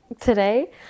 Today